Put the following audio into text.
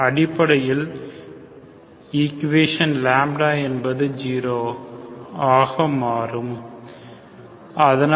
அடிப்படையில் ஈக்குவேஷன் λ என்பது 0 ஆக மாறும் அதனால் தான் y0